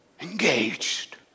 engaged